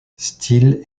styles